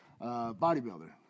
Bodybuilder